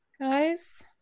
Guys